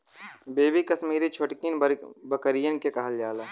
baby Kashmiri छोटकिन बकरियन के कहल जाला